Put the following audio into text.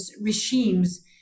regimes